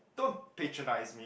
don't patronize me